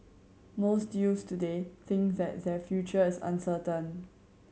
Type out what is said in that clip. most youths today think that their future is uncertain